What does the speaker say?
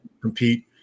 compete